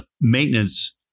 maintenance